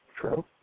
true